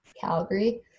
Calgary